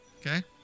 Okay